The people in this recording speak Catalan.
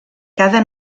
cada